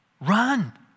run